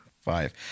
Five